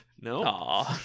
no